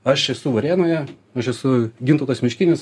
aš esu varėnoje aš esu gintautas miškinis